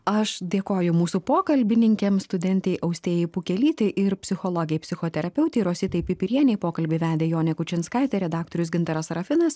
aš dėkoju mūsų pokalbininkėm studentei austėja pukelytė ir psichologei psichoterapeutei rositai pipirienei pokalbį vedė jonė kučinskaitė redaktorius gintaras serafinas